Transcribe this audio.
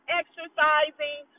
exercising